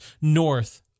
north